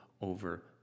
over